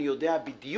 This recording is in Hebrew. אני יודע בדיוק